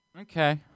Okay